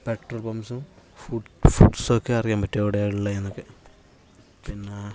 petrol പമ്പ്സും food ഫുഡ്സൊക്കെ അറിയാൻ പറ്റും എവിടെയാണ് ഉള്ളത് എന്നൊക്കെ പിന്നെ